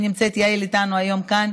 שנמצאת איתנו היום כאן.